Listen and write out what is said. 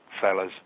fellas